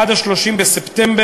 עד 30 בספטמבר,